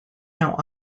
now